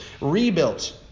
Rebuilt